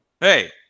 Hey